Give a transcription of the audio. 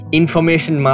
information